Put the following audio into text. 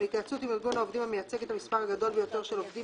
בהתייעצות עם ארגון העובדים המייצג את המספר הגדול ביותר של עובדים